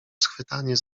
schwytanie